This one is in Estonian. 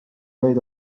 vaid